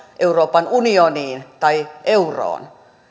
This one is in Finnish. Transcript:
euroopan unioniin tai euroon